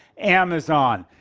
amazon.